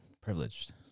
privileged